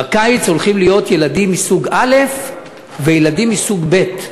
בקיץ הולכים להיות ילדים מסוג א' וילדים מסוג ב'.